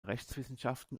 rechtswissenschaften